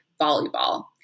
volleyball